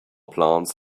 plants